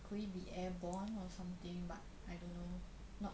could it be airborne or something but I don't know not